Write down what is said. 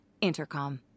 Intercom